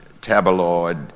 tabloid